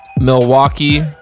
milwaukee